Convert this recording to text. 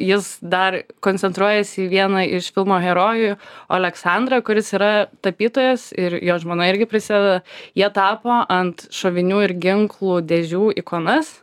jis dar koncentruojasi į vieną iš filmo herojų aleksandrą kuris yra tapytojas ir jo žmona irgi prisideda jie tapo ant šovinių ir ginklų dėžių ikonas